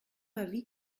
avis